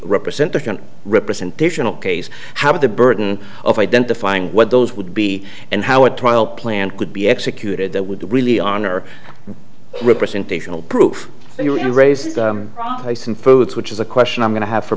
representation representational case how the burden of identifying what those would be and how a trial plan could be executed that would really honor representational proof and you raise the price and foods which is a question i'm going to have for